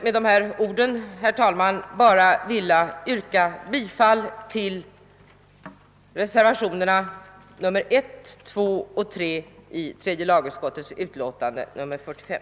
Med dessa ord, herr talman, vill jag yrka bifall till reservationerna I, II och III i tredje lagutskottets utlåtande nr 45.